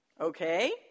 okay